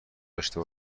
داشته